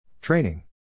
Training